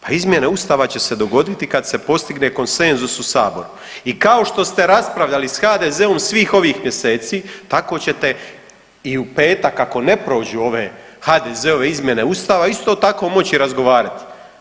Pa izmjena Ustava će se dogoditi kad se postigne konsenzus u Saboru i kao što ste raspravljali s HDZ-om svih ovih mjeseci, tako ćete i u petak, ako ne prođu ove HDZ-ove izmjene Ustava isto tako moći razgovarati.